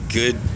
good